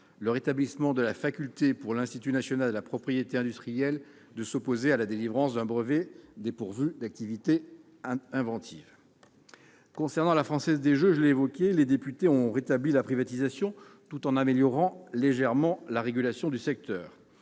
le rétablissement de la faculté, pour l'Institut national de la propriété industrielle, de s'opposer à la délivrance d'un brevet dépourvue d'activité inventive. En ce qui concerne la Française des jeux, les députés ont réinstauré la privatisation, tout en améliorant légèrement la régulation du secteur.